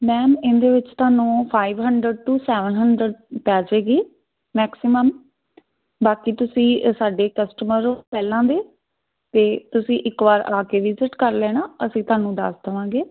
ma'am ਇਹਦੇ ਵਿੱਚ ਤੁਹਾਨੂੰ five hundred to seven hundred ਪੈ ਜਾਏਗੀ ਮੈਕਸੀਮਮ ਬਾਕੀ ਤੁਸੀਂ ਸਾਡੇ ਕਸਟਮਰ ਹੋ ਪਹਿਲਾਂ ਦੇ ਅਤੇ ਤੁਸੀਂ ਇੱਕ ਵਾਰ ਆ ਕੇ ਵਿਜ਼ਿਟ ਕਰ ਲੈਣਾ ਅਸੀਂ ਤੁਹਾਨੂੰ ਦੱਸ ਦਵਾਂਗੇ